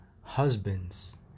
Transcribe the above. husbands